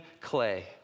clay